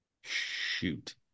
Shoot